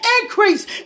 increase